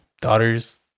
daughters